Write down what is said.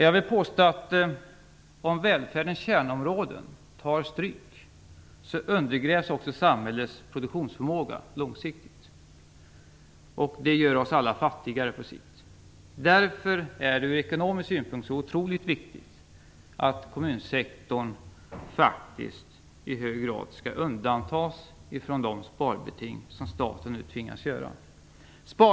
Jag vill påstå att om välfärdens kärnområden tar stryk, undergrävs också samhällets produktionsförmåga långsiktigt. Det gör oss alla på sikt fattigare. Därför är det ur ekonomisk synpunkt oerhört viktigt att kommunsektorn i hög grad undantas från de sparbeting som staten nu tvingas sätta upp.